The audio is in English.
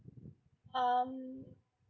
um